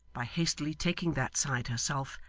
by hastily taking that side herself,